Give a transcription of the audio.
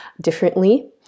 differently